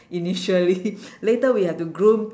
initially later we have to groom